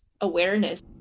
awareness